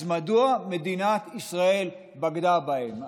אז מדוע מדינת ישראל בגדה בהם?